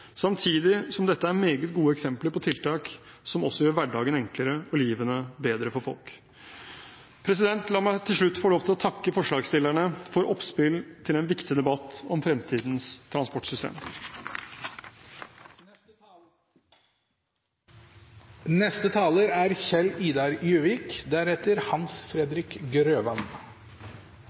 samtidig som dette er meget gode eksempler på tiltak som også gjør hverdagen enklere og livene bedre for folk. La meg til slutt få lov til å takke forslagsstillerne for oppspill til en viktig debatt om fremtidens transportsystem. Norge skal realisere lavutslippssamfunnet innen 2050. Målet er